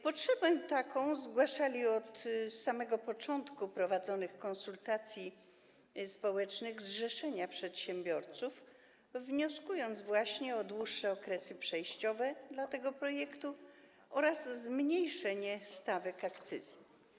Potrzebę taką zgłaszały od początku prowadzonych konsultacji społecznych zrzeszenia przedsiębiorców, wnioskując o dłuższe okresy przejściowe dla tego projektu oraz zmniejszenie stawek akcyzy.